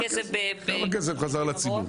כמה כסף חזר לציבור?